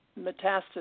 metastasis